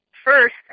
first